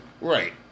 Right